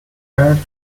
earth